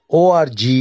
.org